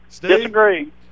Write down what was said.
Disagree